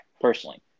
personally